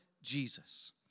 Jesus